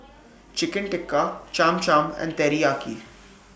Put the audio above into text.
Chicken Tikka Cham Cham and Teriyaki